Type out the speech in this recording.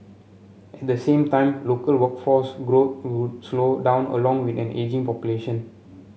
at the same time local workforce growth would slow down along with an ageing population